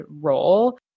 role